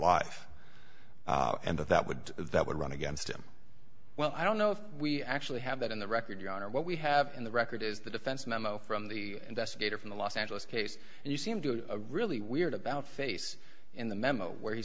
life and that that would that would run against him well i don't know if we actually have that in the record yard or what we have in the record is the defense memo from the investigator from the los angeles case and you see him doing a really weird about face in the memo where he